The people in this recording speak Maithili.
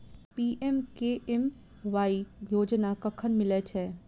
पी.एम.के.एम.वाई योजना कखन मिलय छै?